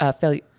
failure